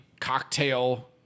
cocktail